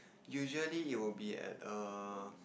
usually it would be at err